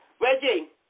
Reggie